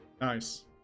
nice